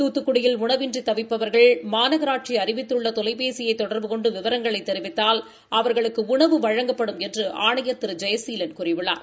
தூத்துக்குடியில் உணவின்றி தவிப்பவர்கள் மாநகராட்சி அறிவித்துள்ள தெலைபேசியை தொடர்பு கொன்டு விவரங்களை தெரிவித்தால் அவர்களுக்கு உணவு வழங்கப்படும் என்று ஆணையா் திரு ஜெயசீலன் கூறியுள்ளார்